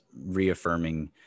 reaffirming